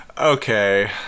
Okay